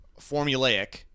formulaic